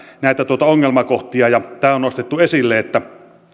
näitä ongelmakohtia ja on nostettu esille että